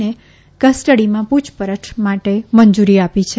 ને કસ્ટડીમાં પૂછપરછ માટે મંજૂરી આપી છે